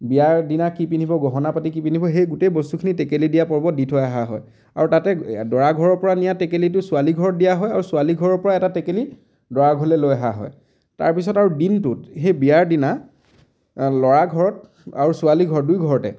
বিয়াৰ দিনা কি পিন্ধিব গহনা পাতি কি পিন্ধিব সেই গোটেই বস্তুখিনি টেকেলি দিয়া পৰ্বত দি থৈ অহা হয় আৰু তাতে দৰাঘৰৰ পৰা নিয়া টেকেলিটো ছোৱালীঘৰত দিয়া হয় আৰু ছোৱালী ঘৰৰ পৰা এটা টেকেলি দৰাঘৰলৈ লৈ অহা হয় তাৰ পিছত আৰু দিনটোত সেই বিয়াৰ দিনা ল'ৰাঘৰত আৰু ছোৱালীঘৰত দুই ঘৰতে